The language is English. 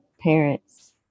parents